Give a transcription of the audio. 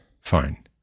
Fine